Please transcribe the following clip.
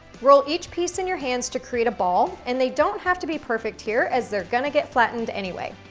roll each piece in your hands to create a ball, and they don't have to be perfect here, as they're gonna get flattened anyway.